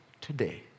today